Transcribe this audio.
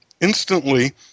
instantly